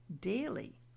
daily